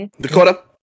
Dakota